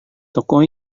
toko